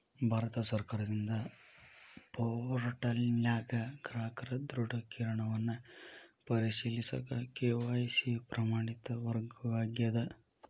ಭಾರತ ಸರ್ಕಾರದಿಂದ ಪೋರ್ಟಲ್ನ್ಯಾಗ ಗ್ರಾಹಕರ ದೃಢೇಕರಣವನ್ನ ಪರಿಶೇಲಿಸಕ ಕೆ.ವಾಯ್.ಸಿ ಪ್ರಮಾಣಿತ ಮಾರ್ಗವಾಗ್ಯದ